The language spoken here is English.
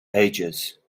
ages